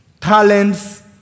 talents